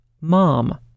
Mom